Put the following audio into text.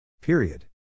Period